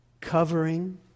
covering